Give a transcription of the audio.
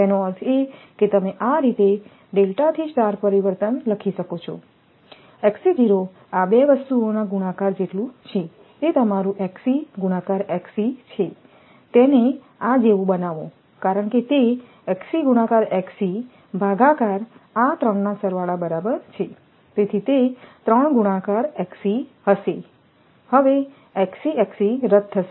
તેનો અર્થ એ કે તમે આ રીતે ડેલ્ટાથી સ્ટાર પરિવર્તન લખી શકો છો આ 2 વસ્તુઓના ગુણાકાર જેટલું છે તે તમારું ગુણાકાર છે તેને આ જેવું બનાવો કારણ કે તે તેથી તે 3 ગુણાકાર હશે રદ થશે